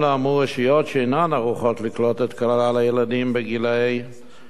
רשויות שאינן ערוכות לקלוט את כלל הילדים בגילים הרלוונטיים